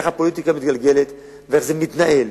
איך הפוליטיקה מתגלגלת ואיך זה מתנהל.